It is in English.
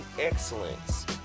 excellence